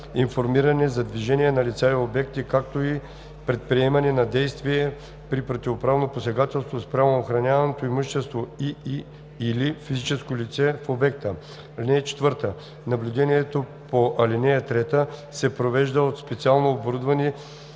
за движение на лица и обекти, както и предприемане на действия при противоправно посегателство спрямо охраняваното имущество и/или физическо лице в обекта. (4) Наблюдението по ал. 3 се провежда от специално оборудвани